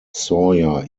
sawyer